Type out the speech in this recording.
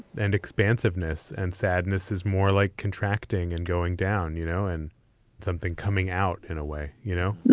and expansiveness and sadness is more like contracting and going down, you know, and something coming out in a way, you know